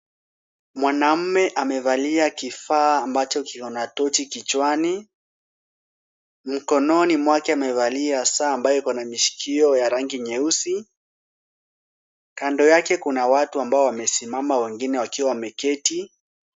Mwanamme amevalia kifaa ambacho kiko na torch kichwani. Mkononi mwake amevalia saa ambayo iko na mishikio ya rangi nyeusi. Kando yake kuna watu ambao wamesimama wengine wakiwa wameketi.